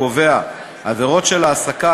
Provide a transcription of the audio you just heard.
קובע עבירות של העסקה,